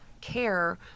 care